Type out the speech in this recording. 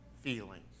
feelings